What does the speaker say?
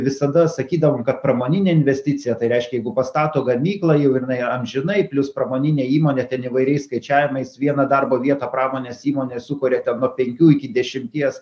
visada sakydavom kad pramoninė investicija tai reiškia jeigu pastato gamyklą jau ir jinai amžinai plius pramoninė įmonė ten įvairiais skaičiavimais vieną darbo vietą pramonės įmonė sukuria ten nuo penkių iki dešimties